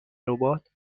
ربات